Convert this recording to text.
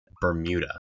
Bermuda